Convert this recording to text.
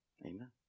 Amen